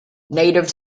native